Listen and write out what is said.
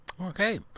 Okay